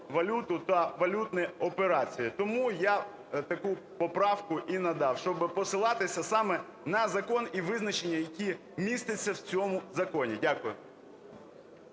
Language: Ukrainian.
валюту та валютні операції". Тому я таку поправку і надав, щоби посилатися саме на закон і визначення, які містяться в цьому законі. Дякую.